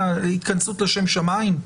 הם יתכנסו לשם שמים?